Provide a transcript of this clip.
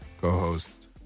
co-host